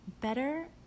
better